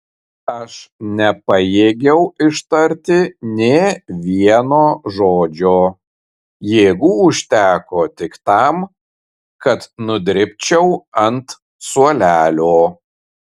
aš nepajėgiau ištarti nė vieno žodžio jėgų užteko tik tam kad nudribčiau ant suolelio